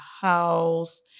house